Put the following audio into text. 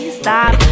stop